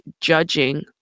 judging